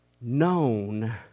known